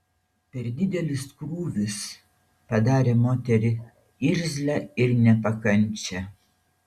per didelis krūvis padarė moterį irzlią ir nepakančią